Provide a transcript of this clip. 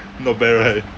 not bad right